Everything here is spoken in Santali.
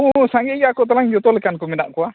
ᱦᱳᱭ ᱥᱟᱸᱜᱮ ᱜᱮᱭᱟ ᱠᱚ ᱛᱟᱞᱟᱝ ᱡᱚᱛᱚ ᱞᱮᱠᱟᱱ ᱠᱚ ᱢᱮᱱᱟᱜ ᱠᱚᱣᱟ